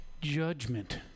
judgment